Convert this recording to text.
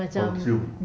consume